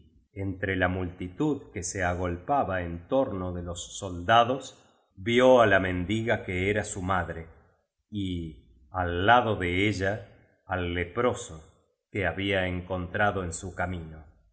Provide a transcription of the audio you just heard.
entre la mul titud que se agolpaba en torno de los soldados vio á la men diga que era su madre y al lado de ella al leproso que había encontrado en su camino y